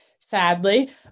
sadly